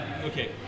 Okay